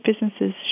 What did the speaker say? businesses